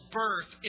birth